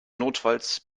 notfalls